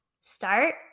start